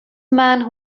man